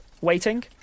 waiting